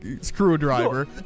screwdriver